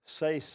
say